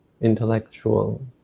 intellectual